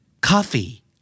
coffee